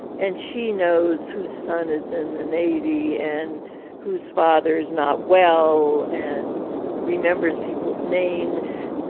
and she knows whose son is in the navy and whose father's not well and remembers people's names.